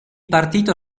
partito